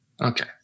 Okay